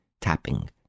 tapping